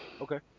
Okay